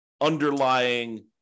underlying